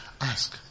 Ask